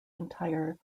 entire